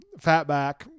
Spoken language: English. Fatback